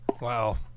wow